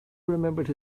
remembered